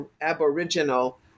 Aboriginal